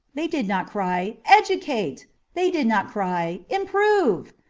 they did not cry educate! they did not cry improve!